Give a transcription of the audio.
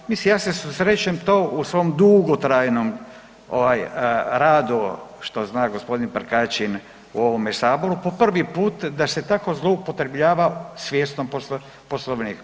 Mislim ja se susrećem to u svom dugotrajnom ovaj radu, što zna g. Prkačin u ovome saboru, po prvi put da se tako zloupotrebljava svjesno Poslovnik.